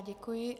Děkuji.